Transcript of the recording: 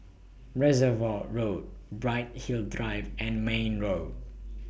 Reservoir Road Bright Hill Drive and Mayne Road